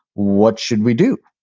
what should we do?